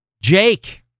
Jake